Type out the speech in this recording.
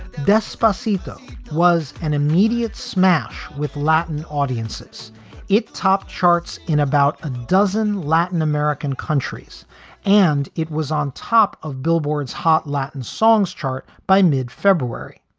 this spicy spicy duck was an immediate smash with latin audiences it topped charts in about a dozen latin american countries and it was on top of billboard's hot latin songs chart. by mid february,